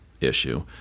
issue